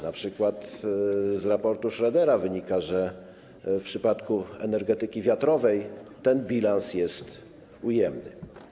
Na przykład z raportu Schroedera wynika, że w przypadku energetyki wiatrowej ten bilans jest ujemny.